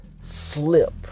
slip